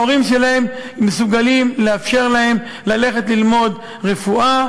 ההורים שלהם מסוגלים לאפשר להם ללכת ללמוד רפואה